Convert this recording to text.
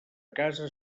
casa